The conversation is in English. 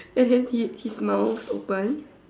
as in he his mouth open